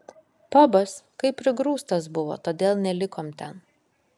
pabas kaip prigrūstas buvo todėl nelikom ten